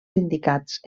sindicats